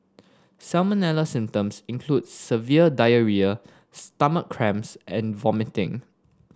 salmonella symptoms include severe diarrhoea stomach cramps and vomiting